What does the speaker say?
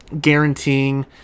guaranteeing